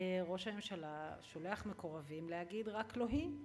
ראש הממשלה שולח מקורבים להגיד שרק לא היא.